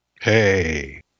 Hey